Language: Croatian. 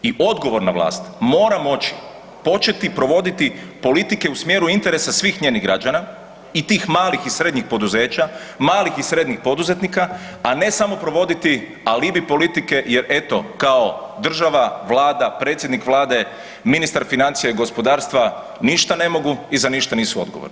I odgovorna vlat mora moći početi provoditi politike u smjeru interesa svih njenih građana i tih malih i srednjih poduzeća, malih i srednjih poduzetnika a ne samo provoditi alibi politike jer eto, kao država, Vlada, predsjednik Vlade, ministar financija i gospodarstva ništa ne mogu i za ništa nisu odgovorni.